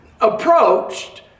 approached